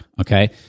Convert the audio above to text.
okay